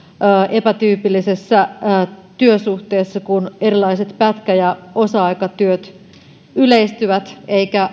epätyypillisessä työsuhteessa kun erilaiset pätkä ja osa aikatyöt yleistyvät eikä